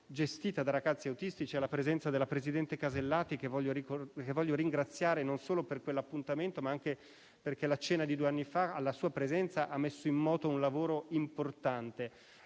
gestita da ragazzi autistici, alla presenza del presidente Alberti Casellati, che voglio ringraziare non solo per quell'appuntamento, ma anche perché la cena di due anni fa, alla sua presenza, ha messo in moto un lavoro importante.